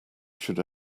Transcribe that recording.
should